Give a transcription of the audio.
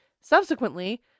Subsequently